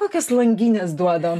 kokios langines duodam